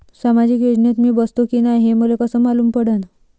सामाजिक योजनेत मी बसतो की नाय हे मले कस मालूम पडन?